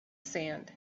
sand